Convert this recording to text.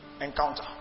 encounter